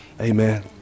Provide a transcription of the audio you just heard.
amen